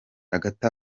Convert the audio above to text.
hagati